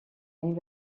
این